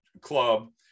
club